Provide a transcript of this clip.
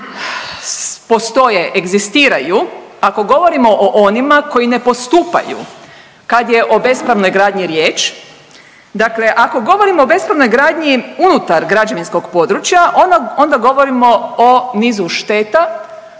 postoje egzistiraju ako govorimo o onima koji ne postupaju kad je o bespravnoj gradnji riječ. Dakle, ako govorimo o bespravnoj gradnji unutar građevinskog područja onda govorimo o nizu šteta